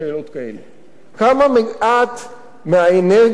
כמה מעט מהאנרגיה הפוליטית העצומה,